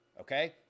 okay